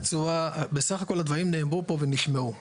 בסך הכול, הדברים נאמרו ונשמעו פה.